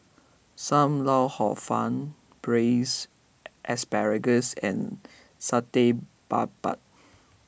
Sam Lau Hor Fun Braised Asparagus and Satay Babat